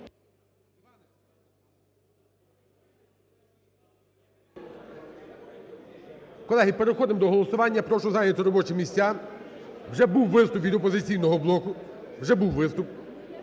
Колеги, переходимо до голосування, прошу зайняти робочі місця. Вже був виступ від "Опозиційного блоку", вже був виступ.